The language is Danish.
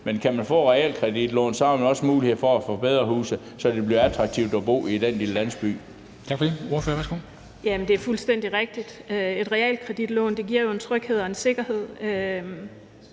Men kan man få et realkreditlån, har man også mulighed for at forbedre huset, så det bliver attraktivt at bo i den lille landsby.